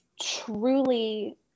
Truly